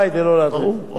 או להתנדב.